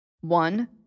One